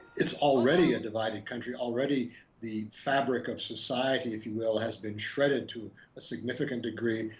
it's already a divided country. already the fabric of society if you will has been shredded to a significant degree.